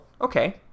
okay